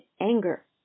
anger